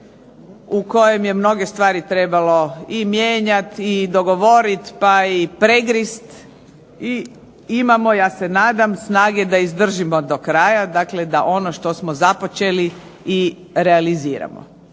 u kojem je mnoge stvari trebalo mijenjati i pregovoriti pa i pregristi i imamo ja se nadam snage da izdržimo do kraja, ja se nadam, dakle da ono što smo započeli i realiziramo.